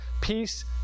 Peace